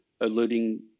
alluding